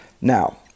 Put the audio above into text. Now